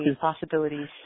possibilities